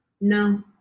No